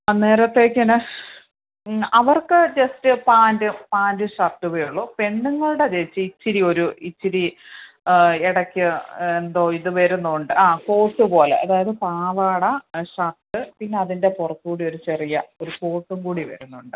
അന്നേരത്തേക്കിന് അവർക്ക് just pant പാൻ്റും ഷർട്ടുവെ ഉള്ളൂ പെണ്ണുങ്ങളുടെ ചേച്ചി ഇച്ചിരി ഒരു ഇച്ചിരി ഇടയ്ക്ക് എന്തോ ഇത് വരുന്നുണ്ട് ആ കോട്ട് പോലെ അതായത് പാവാട ഷർട്ട് പിന്നെ അതിൻ്റെ പുറത്തൂടി ഒരു ചെറിയ ഒരു കോട്ടും കൂടി വരുന്നുണ്ട്